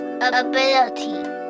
ability